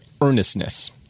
earnestness